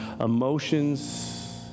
emotions